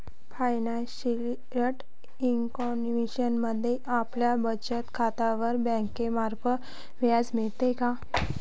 financial economics मध्ये आपल्याला बचत खात्यावर बँकेमार्फत व्याज मिळते